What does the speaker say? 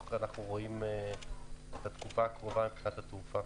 אנחנו רואים את התקופה הקרובה מבחינת התעופה.